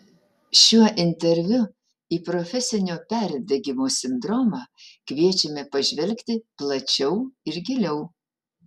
šiuo interviu į profesinio perdegimo sindromą kviečiame pažvelgti plačiau ir giliau